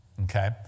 Okay